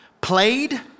played